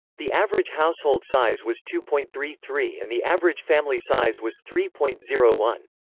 the average household size was two point three three and the average family size was three point zero one.